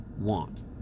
want